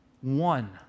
one